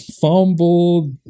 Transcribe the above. fumbled